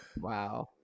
Wow